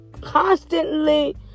constantly